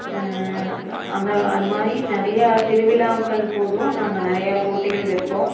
அந்த அது மாதிரி நிறையா திருவிழாக்கள் போதும் நாங்கள் நிறையா போட்டிகள் வைப்போம்